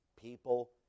people